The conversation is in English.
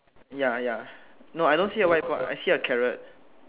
ya ya no I don't see a white board I see a carrot